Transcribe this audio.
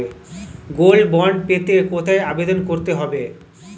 Gold bond পেতে কোথায় আবেদন করতে হবে?